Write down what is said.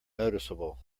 noticeable